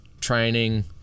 training